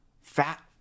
fat